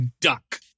duck